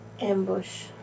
ambush